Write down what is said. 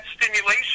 stimulation